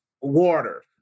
water